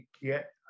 get